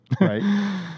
Right